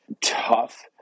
tough